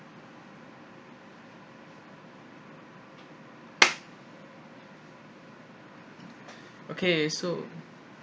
okay so